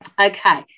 Okay